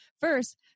First